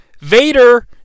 Vader